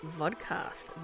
vodcast